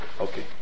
Okay